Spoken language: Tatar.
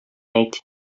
әйт